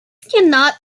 cannot